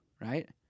right